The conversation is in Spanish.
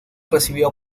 recibió